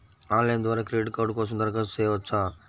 Online ద్వారా credit card కోసం దరఖాస్తు చేయవచ్చా?